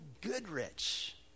Goodrich